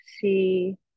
see